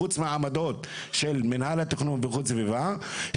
חוץ מהעמדות של מינהל התכנון ואיכות הסביבה,